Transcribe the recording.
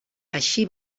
així